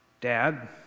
Dad